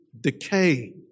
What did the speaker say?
decay